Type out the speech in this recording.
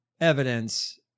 evidence